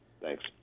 Thanks